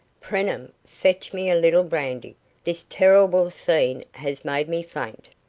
preenham, fetch me a little brandy this terrible scene has made me faint.